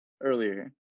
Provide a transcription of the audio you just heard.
earlier